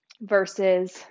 versus